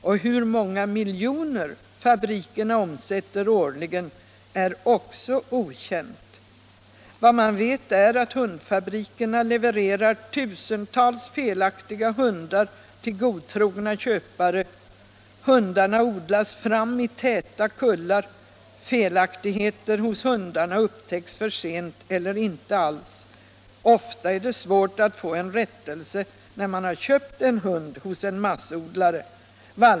Och hur många miljoner fabrikerna omsätter årligen är också okänt. Vad man vet är att ”hundfabrikerna”" levererar tusentals felaktiga hundar till godtrogna köpare. Hundarna odlas fram i täta kullar. Felaktigheter hos hundarna upptäcks för sent eller inte alls. Ofta är det svårt att få rättelse när man har köpt en hund hos en massodlare.